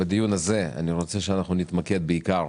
בדיון הזה אני רוצה שנתמקד בעיקר